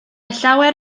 llawer